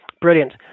Brilliant